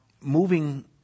moving